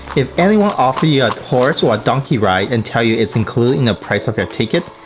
if anyone offers you a horse or donkey ride and tell you its included in the price of your ticket,